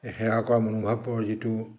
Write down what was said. সেৱা কৰা মনোভাৱৰ যিটো